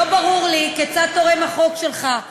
לא ברור לי כיצד תורם החוק שלך,